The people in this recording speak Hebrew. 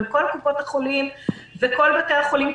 אבל כל קופות החולים וכל בתי החולים,